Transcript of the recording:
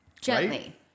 Gently